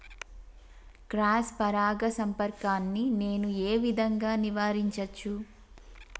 Cross పరాగ సంపర్కాన్ని నేను ఏ విధంగా నివారించచ్చు?